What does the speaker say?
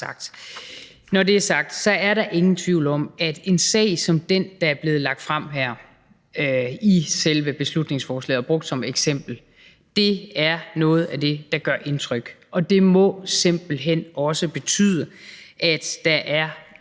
Når det er sagt, er der ingen tvivl om, at en sag som den, der er blevet lagt frem her i selve beslutningsforslaget og brugt som eksempel, er noget af det, der gør indtryk, og det må simpelt hen også betyde, at der er